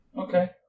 Okay